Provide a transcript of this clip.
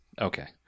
okay